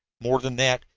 more than that,